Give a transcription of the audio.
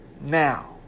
now